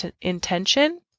intention